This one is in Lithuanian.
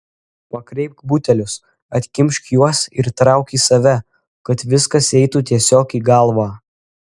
pakreipk butelius atkimšk juos ir trauk į save kad viskas eitų tiesiog į galvą